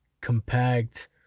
compact